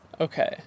Okay